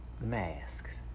Mask